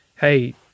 Hey